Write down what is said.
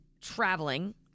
traveling